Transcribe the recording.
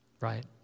Right